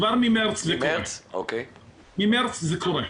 כבר ממארס זה קורה.